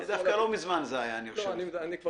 דווקא לא מזמן זה היה, אני חושב.